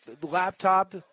laptop